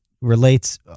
relates